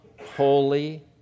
holy